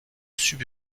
sub